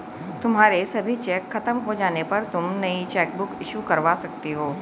तुम्हारे सभी चेक खत्म हो जाने पर तुम नई चेकबुक इशू करवा सकती हो